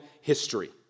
history